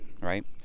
right